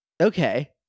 Okay